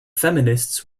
feminists